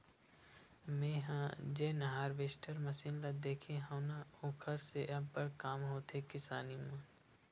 मेंहा जेन harvester machine ल देखे हव न ओखर से अब्बड़ काम होथे किसानी मन